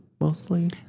mostly